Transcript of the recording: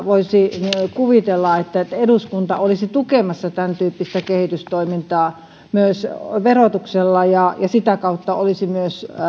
voisi kuvitella että eduskunta olisi sitä kautta tukemassa tämän tyyppistä kehitystoimintaa myös verotuksella ja sitä kautta se olisi myös